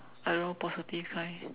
I don't know positive kind